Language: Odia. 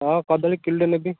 ହଁ କଦଳୀ କିଲୋ ଟେ ନେବି